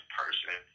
person